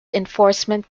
enforcement